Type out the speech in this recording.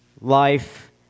life